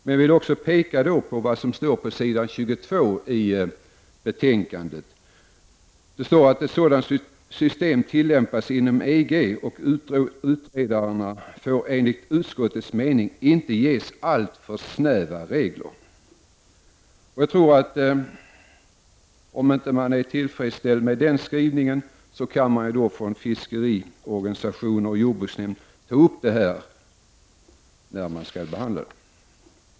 Men jag vill också peka på vad som står på s. 22 i betänkandet: ”Ett sådant system tillämpas inom EG, och utredarna bör en ligt utskottets mening inte ges alltför snäva direktiv.” Om fiskeriorganisationer och jordbruksnämnder inte är tillfredsställda med den skrivningen kan de ta upp den här frågan vid behandlingen.